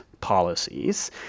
policies